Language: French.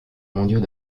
mondiaux